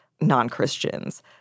non-Christians